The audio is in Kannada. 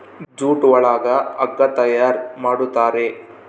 ಜೂಟ್ ಒಳಗ ಹಗ್ಗ ತಯಾರ್ ಮಾಡುತಾರೆ